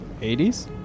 80s